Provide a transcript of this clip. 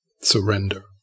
surrender